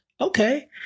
Okay